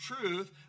truth